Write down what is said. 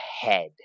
head